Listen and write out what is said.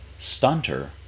stunter